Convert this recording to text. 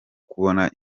kubona